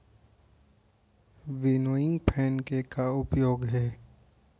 Winnowing fan के का उपयोग हे?